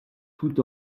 tout